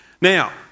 Now